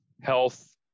health